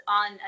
on